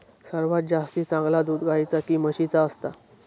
सर्वात जास्ती चांगला दूध गाईचा की म्हशीचा असता?